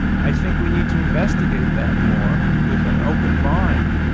i think we need to investigate that more with an open mind.